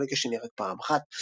ובחלק השני רק פעם אחת.